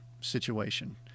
situation